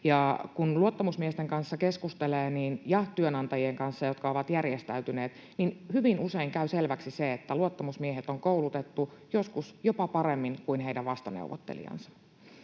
luottamusmiesten kanssa ja työnantajien kanssa, jotka ovat järjestäytyneet, niin hyvin usein käy selväksi se, että luottamusmiehet on koulutettu joskus jopa paremmin kuin heidän vastaneuvottelijansa.